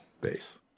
base